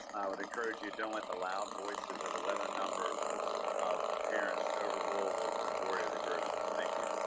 would encourage you, don't let the loud voices of a limited number of parents overrule the majority of the group. thank you.